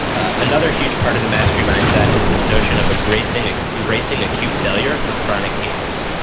another huge part of the mastery mindset is this notion of embracing ah embracing acute failure for chronic gains.